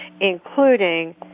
including